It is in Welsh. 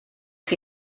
chi